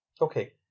Okay